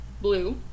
blue